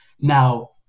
Now